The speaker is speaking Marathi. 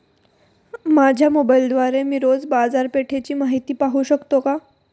माझ्या मोबाइलद्वारे मी रोज बाजारपेठेची माहिती पाहू शकतो का?